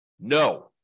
no